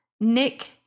Nick